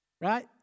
right